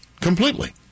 completely